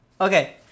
Okay